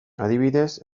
adibidez